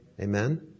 Amen